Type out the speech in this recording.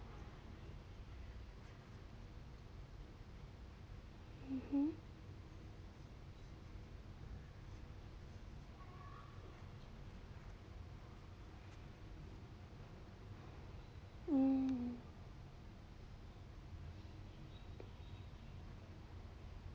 mmhmm hmm